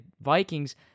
Vikings